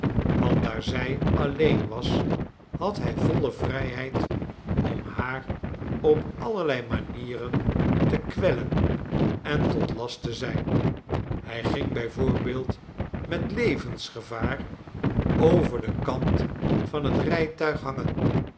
want daar zij alleen was had hij voile vrijheid om haar op allerlei manieren te kwellen en tot last te zijn hij ging bij voorbeeld metlevensgevaar over den kant van het